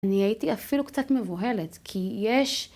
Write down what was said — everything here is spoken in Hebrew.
אני הייתי אפילו קצת מבוהלת, כי יש...